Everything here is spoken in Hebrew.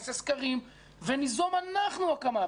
נעשה סקרים וניזום אנחנו הקמה,